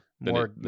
more